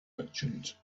merchant